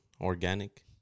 organic